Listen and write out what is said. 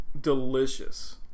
delicious